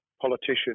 politician